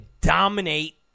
dominate